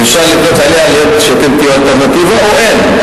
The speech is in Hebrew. ואפשר לבנות עליה שאתם תהיו אלטרנטיבה או אין?